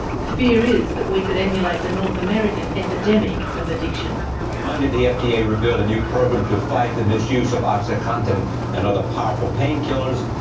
the fear is that we could emulate the north american epidemic of addiction. on monday the fda revealed a new program to fight the misuse of oxycontin and other powerful painkillers.